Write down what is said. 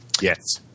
Yes